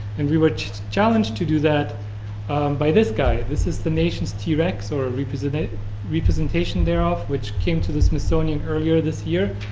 and we were challenged to do that by this guy. this is the nation's t-rex, or representation representation thereof, which came to the smithsonian earlier this year.